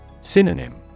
Synonym